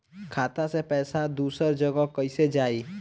खाता से पैसा दूसर जगह कईसे जाई?